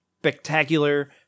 spectacular